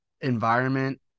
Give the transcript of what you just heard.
environment